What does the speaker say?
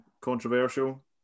controversial